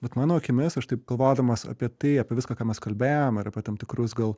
bet mano akimis aš taip galvodamas apie tai apie viską ką mes kalbėjom ir apie tam tikrus gal